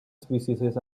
species